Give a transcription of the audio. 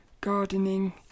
gardening